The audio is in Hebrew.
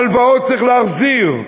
הלוואות צריך להחזיר,